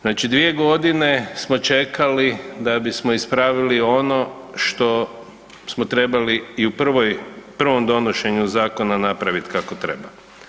Znači dvije godine smo čekali da bismo ispravili ono što smo trebali i u prvom donošenju zakona napravit kako treba.